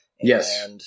Yes